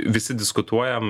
visi diskutuojam